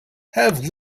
have